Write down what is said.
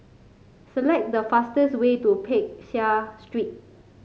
select the fastest way to Peck Seah Street